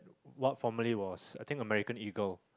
what formally was American-Eagle